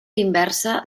inversa